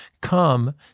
Come